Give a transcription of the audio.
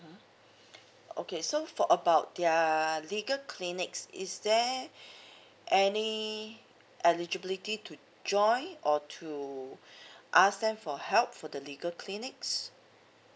okay so for about their legal clinic is there any eligibility to join or to ask them for help for the legal clinics